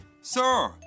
Sir